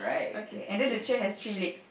okay and then the chair has three legs